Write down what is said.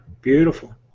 beautiful